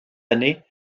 années